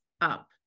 up